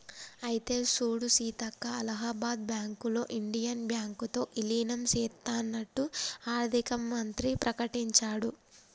అయితే సూడు సీతక్క అలహాబాద్ బ్యాంకులో ఇండియన్ బ్యాంకు తో ఇలీనం సేత్తన్నట్టు ఆర్థిక మంత్రి ప్రకటించాడు